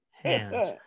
hands